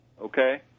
Okay